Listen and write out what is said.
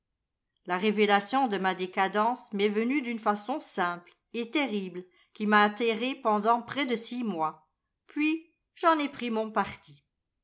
la révélation de ma décadence m'est venue d'une façon simple et terrible qui m'a atterré pendant près de six mois puis j'en ai pris mon parti